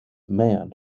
mann